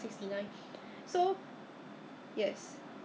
so that's why within the the the the trial five days right 我赶快买